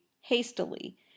hastily